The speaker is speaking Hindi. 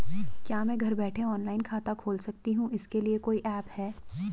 क्या मैं घर बैठे ऑनलाइन खाता खोल सकती हूँ इसके लिए कोई ऐप है?